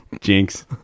Jinx